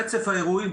ברצף האירועים,